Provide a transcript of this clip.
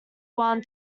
wan